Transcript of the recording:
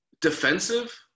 defensive